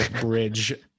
Bridge